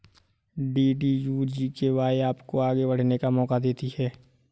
DDU GKY आपको आगे बढ़ने का मौका देती है